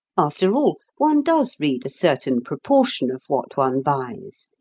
after all, one does read a certain proportion of what one buys.